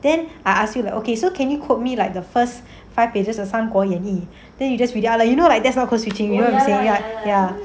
then I ask you like okay so can you quote me like the first five pages of 三国演义 then you just read out like you know like that's what code switching you know what I'm saying right